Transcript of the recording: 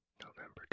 November